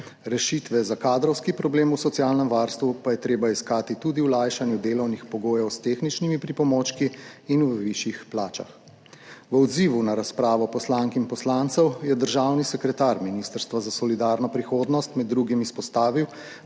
Rešitve za kadrovski problem v socialnem varstvu pa je treba iskati tudi v lajšanju delovnih pogojev s tehničnimi pripomočki in v višjih plačah. V odzivu na razpravo poslank in poslancev je državni sekretar Ministrstva za solidarno prihodnost med drugim izpostavil,